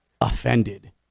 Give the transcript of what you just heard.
offended